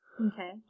okay